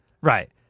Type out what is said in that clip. Right